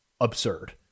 absurd